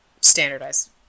standardized